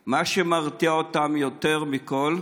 מה שמרתיע אותם יותר מכול,